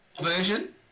version